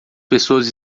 pessoas